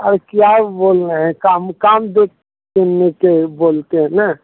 और क्या बोल रहें हैं काम काम जो बोलते हैं ना